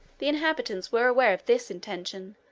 the inhabitants were aware of this intention,